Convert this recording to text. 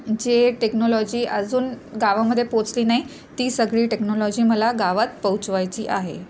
जी technology अजून गावामध्ये पोहोचली नाही ती सगळी टेक्नॉलॉजी मला गावात पोहोचवायची आहे